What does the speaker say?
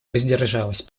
воздержалась